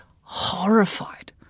horrified